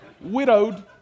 widowed